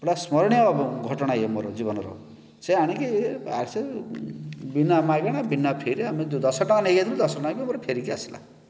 ତେଣୁ ସ୍ମରଣୀୟ ଘଟଣା ଏହିଟା ମୋର ଜୀବନର ସେ ଆଣିକି ଆସି ବିନା ମାଗଣା ବିନା ଫୀରେ ଦଶ ଟଙ୍କା ନେଇକି ଯାଇଥିଲୁ ଦଶ ଟଙ୍କା ବି ମୋର ଫେରିକି ଆସିଲା